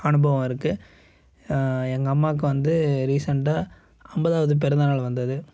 அனுபவம் இருக்குது எங்கள் அம்மாவுக்கு வந்து ரீசெண்டாக ஐம்பதாவுது பிறந்தநாள் வந்தது